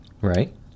Right